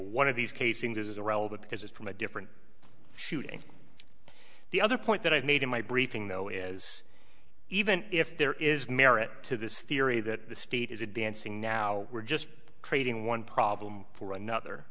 one of these casings is irrelevant because it's from a different shooting the other point that i've made in my briefing though is even if there is merit to this theory that the state is advancing now we're just trading one problem for another